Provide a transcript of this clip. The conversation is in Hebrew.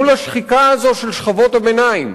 מול השחיקה הזאת של שכבות הביניים,